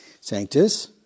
Sanctus